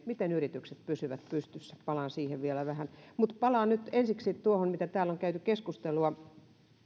miten yritykset pysyvät pystyssä palaan siihen vielä mutta palaan nyt ensiksi tuohon mistä täällä on käyty keskustelua